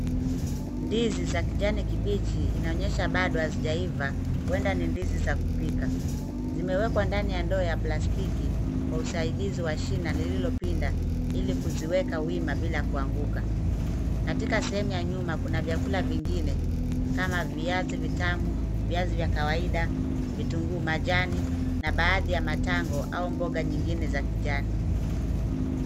Ndizi za kijani kibichi, inaonyesha bado hazijaiva, huenda ni ndizi za kupika. Zimewekwa ndani ya ndoa ya plastiki, kwa usaidizi wa shina lililopinda, ili kuziweka wima bila kuanguka. Katika sehemu ya nyuma kuna vyakula vingine, kama viazi vitamu, viazi vya kawaida, vitunguu majani, na baadhi ya matango, au mboga nyingine za kijani.